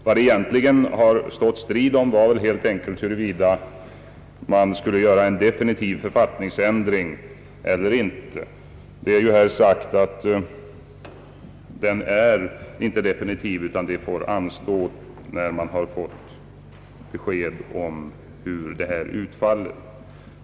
Vad det egentligen stått strid om torde helt enkelt ha varit huruvida man skulle genomföra en definitiv författningsändring eller inte. Det har under debatten gjorts gällande att ändringen inte skulle vara definitiv utan att avgörandet härvidlag får anstå tills man har besked om hur försöksverksamheten utfaller.